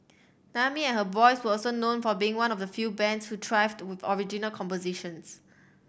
Naomi and her boys were also known for being one of the few bands who thrived with original compositions